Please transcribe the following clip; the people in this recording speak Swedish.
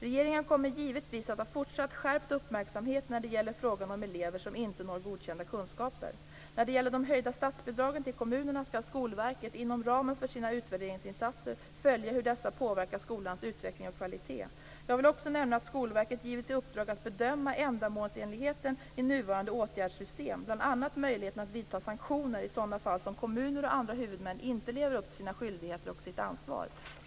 Regeringen kommer givetvis att ha fortsatt skärpt uppmärksamhet när det gäller frågan om elever som inte når godkända kunskaper. När det gäller de höjda statsbidragen till kommunerna skall Skolverket inom ramen för sina utvärderingsinsatser följa hur dessa påverkar skolans utveckling och kvalitet. Jag vill också nämna att Skolverket givits i uppdrag att bedöma ändamålsenligheten i nuvarande åtgärdssystem, bl.a. möjligheten att vidta sanktioner i sådana fall där kommuner och andra huvudmän inte lever upp till sina skyldigheter och sitt ansvar.